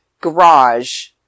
garage